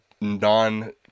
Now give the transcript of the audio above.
non